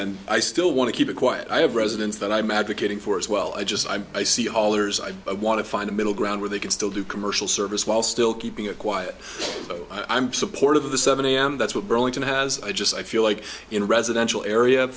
then i still want to keep it quiet i have residence that i'm advocating for as well i just i'm i see haulers i want to find a middle ground where they can still do commercial service while still keeping it quiet but i'm supportive of the seventy m that's what burlington has i just i feel like in a residential area